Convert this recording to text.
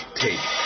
take